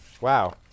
Wow